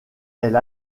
elle